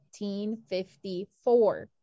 1954